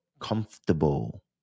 comfortable